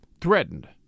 threatened